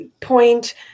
point